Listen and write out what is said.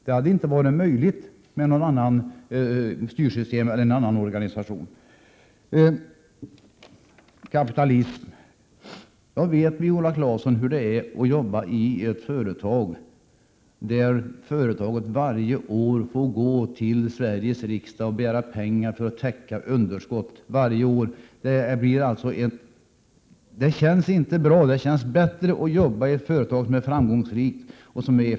Det hade inte varit möjligt med en annan organisation. En framtidsinriktad Viola Claesson talar om kapitalism. Vad vet Viola Claesson om hur det är att jobba i ett företag som varje år måste gå till Sveriges riksdag och begära pengar för att täcka underskott? Det känns inte bra. Det känns bättre att jobbai ett företag som är effektivt och framgångsrikt.